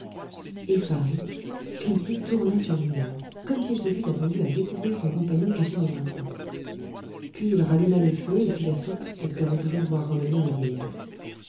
effaré kunsi tournait sur lui-même comme s'il se fût attendu à découvrir son compagnon caché dans un coin puis il ralluma le feu et fit la soupe espérant toujours voir revenir le vieillard